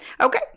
Okay